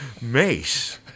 Mace